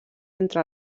entre